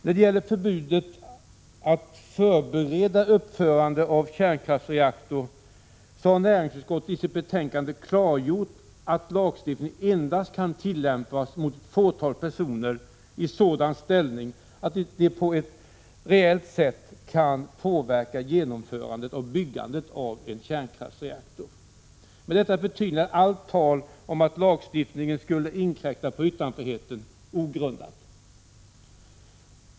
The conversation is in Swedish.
När det gäller förbudet att förbereda uppförandet av en kärnkraftsreaktor, så har näringsutskottet i sitt betänkande klargjort att lagstiftningen endast kan tillämpas mot ett fåtal personer i sådan ställning att de på ett rejält sätt kan påverka förberedandet av att bygga en kärnkraftsreaktor. Med detta förtydligande är allt tal om att lagstiftningen skulle inkräkta på yttrandefriheten helt ogrundat.